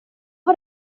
har